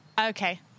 okay